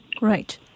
Right